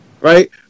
Right